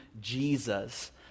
Jesus